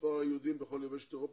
מספר היהודים בכל יבשת אירופה,